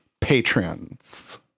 patrons